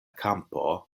kampo